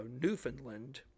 Newfoundland